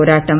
പോരാട്ടം